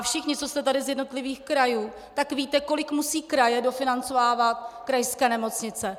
Všichni, co jste tady z jednotlivých krajů, víte, kolik musí kraje dofinancovávat krajské nemocnice.